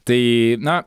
tai na